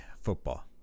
football